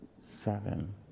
seven